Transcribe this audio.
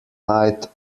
night